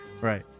right